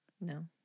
No